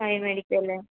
fine വേടിക്കുമല്ലേ